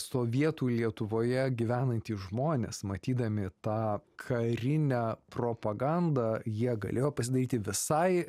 sovietų lietuvoje gyvenantys žmonės matydami tą karinę propagandą jie galėjo pasidaryti visai